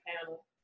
panel